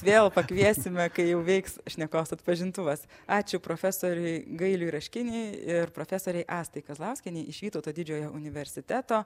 vėl pakviesime kai jau veiks šnekos atpažintuvas ačiū profesoriui gailiui raškiniui ir profesorei astai kazlauskienei iš vytauto didžiojo universiteto